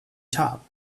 top